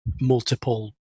multiple